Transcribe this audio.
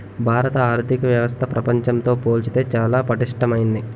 భారత ఆర్థిక వ్యవస్థ ప్రపంచంతో పోల్చితే చాలా పటిష్టమైంది